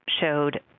showed